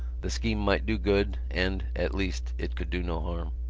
the scheme might do good and, at least, it could do no harm.